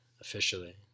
officially